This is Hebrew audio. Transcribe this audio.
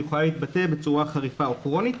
היא יכולה להתבטא בצורה חריפה או כרונית,